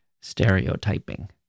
stereotyping